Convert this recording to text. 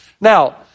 Now